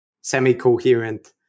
semi-coherent